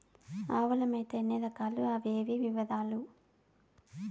ఆవుల మేత ఎన్ని రకాలు? అవి ఏవి? వివరాలు?